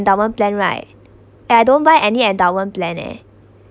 endowment plan right and I don't buy any endowment plan eh